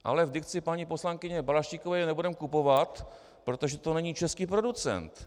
Ale v dikci paní poslankyně Balaštíkové je nebudeme kupovat, protože to není český producent.